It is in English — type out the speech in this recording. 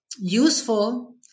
useful